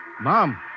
Mom